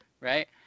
right